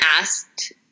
asked